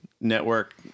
network